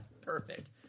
Perfect